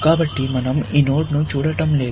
కాబట్టి మనం ఈ నోడ్ను చూడటం లేదు